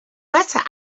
better